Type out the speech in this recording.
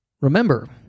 Remember